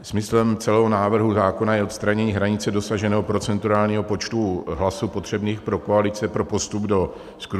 Smyslem celého návrhu zákona je odstranění hranice dosaženého procentuálního počtu hlasů potřebných pro koalice pro postup do skrutinia.